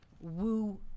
woo